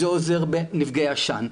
זה עוזר בנפגעי עשן,